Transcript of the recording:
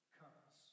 comes